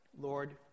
Lord